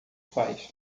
faz